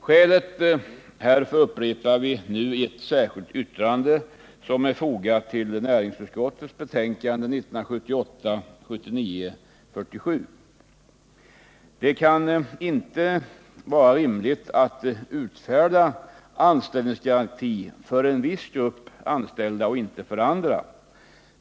Skälen härför upprepar vi i ett särskilt yttrande som är fogat vid näringsutskottets betänkande 1978/79:47. Det kan inte vara rimligt att utfärda anställningsgaranti för en viss grupp anställda och inte för andra.